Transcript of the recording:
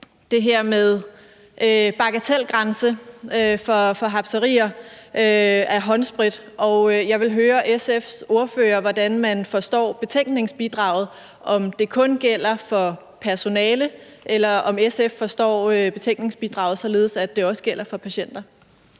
det her med en bagatelgrænse for rapserier af håndsprit, og jeg vil høre SF's ordfører, hvordan man forstår betænkningsbidraget: om det kun gælder for personale, eller om det også gælder for patienter.